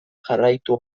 jarraitu